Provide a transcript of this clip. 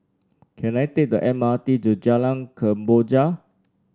can I take the M R T to Jalan Kemboja